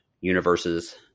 universes